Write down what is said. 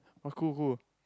oh cool cool